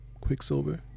Quicksilver